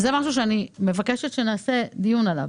זה משהו שאני מבקשת שנעשה דיון עליו